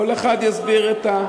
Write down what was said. כל אחד יסביר את,